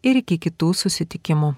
ir iki kitų susitikimų